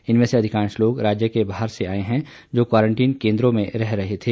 इनमें से अधिकांश लोग राज्य के बाहर से आए हैं जो क्वारंटीन केन्द्रों में रह रहे थे